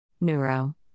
Neuro